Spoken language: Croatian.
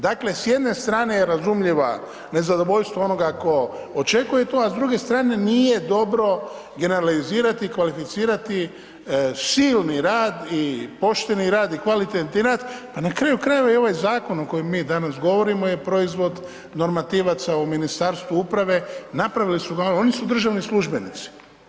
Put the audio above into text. Dakle, s jedne strane je razumljiva nezadovoljstvo onoga tko očekuje to, a s druge strane nije dobro generalizirati i kvalificirati silni rad i pošteni rad i kvalitetan rad, pa na kraju krajeva i ovaj zakon o kojem mi danas govorimo je proizvod normativaca u Ministarstvu uprave, napravili su ga, oni su državni službenici.